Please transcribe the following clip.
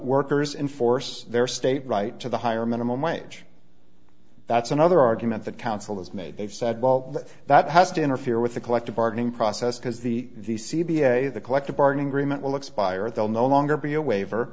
workers enforce their state right to the higher minimum wage that's another argument that council has made they've said well that has to interfere with the collective bargaining process because the e c b a the collective bargaining agreement will expire they'll no longer be a waiver